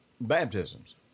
baptisms